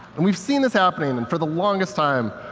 and we've seen this happening and and for the longest time,